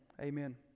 Amen